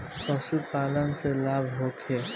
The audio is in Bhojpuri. पशु पालन से लाभ होखे?